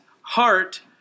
heart